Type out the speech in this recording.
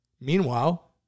Meanwhile